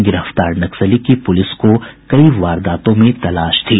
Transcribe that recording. गिरफ्तार नक्सली की पुलिस को कई नक्सली वारदातों में तलाश थी